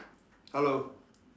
hello